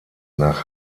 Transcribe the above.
nach